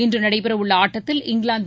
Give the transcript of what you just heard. இன்று நடைபெறவுள்ள ஆட்டத்தில் இங்கிலாந்து